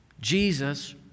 Jesus